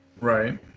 Right